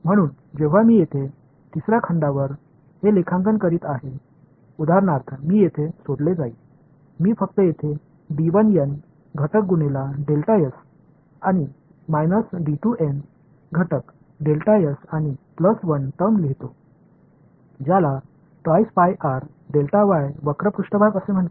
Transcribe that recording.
म्हणून जेव्हा मी येथे 3 खंडांवर हे लेखांकन करीत आहे उदाहरणार्थ मी येथे सोडले जाईल मी फक्त येथे घटक गुणेला आणि घटक आणि प्लस 1 टर्म लिहितो ज्याला वक्र पृष्ठभाग असे म्हणतात